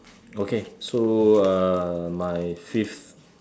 okay so uh my fifth